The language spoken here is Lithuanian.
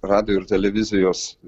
radijo ir televizijos